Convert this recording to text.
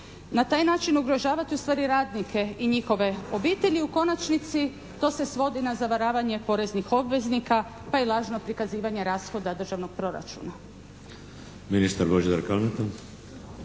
Na taj način ugrožavate u stvari radnike i njihove obitelji i u konačnici to se svodi na zavaravanje poreznih obveznika, pa i lažno prikazivanje rashoda državnog proračuna.